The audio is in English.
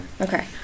Okay